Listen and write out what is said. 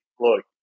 look